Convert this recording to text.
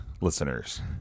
listeners